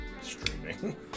streaming